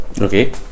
Okay